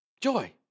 Joy